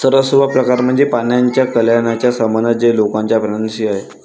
सर्वात सोपा प्रकार म्हणजे प्राण्यांच्या कल्याणाचा संबंध जो लोकांचा प्राण्यांशी आहे